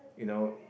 you know